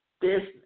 business